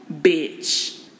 bitch